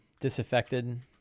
disaffected